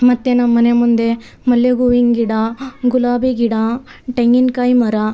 ಮತ್ತು ನಮ್ಮಮನೆ ಮುಂದೆ ಮಲ್ಲಿಗೆ ಹೂವಿನ ಗಿಡ ಗುಲಾಬಿ ಗಿಡ ತೆಂಗಿನ್ಕಾಯಿ ಮರ